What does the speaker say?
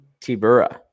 Tibura